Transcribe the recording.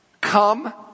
Come